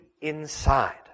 inside